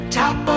top